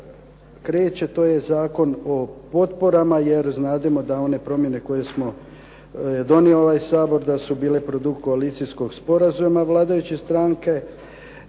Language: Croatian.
i kreće, to je Zakon o potporama, jer znademo da one promjene koje je donio ovaj Sabor da su bile produkt koalicijskog sporazuma vladajućih stranaka